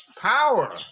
power